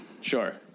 Sure